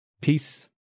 Peace